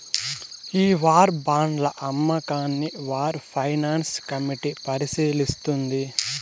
ఈ వార్ బాండ్ల అమ్మకాన్ని వార్ ఫైనాన్స్ కమిటీ పరిశీలిస్తుంది